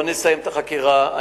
נסיים את החקירה.